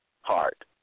heart